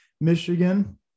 Michigan